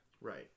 Right